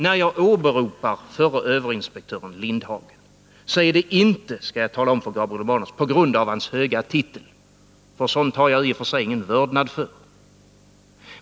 När jag åberopade förre överinspektören Lindhagen, så gjorde jaginte det — det skall jag tala om för Gabriel Romanus — på grund av hans höga titlar — titlar har jag i och för sig ingen vördnad för.